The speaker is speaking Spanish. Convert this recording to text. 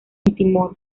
timor